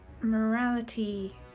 morality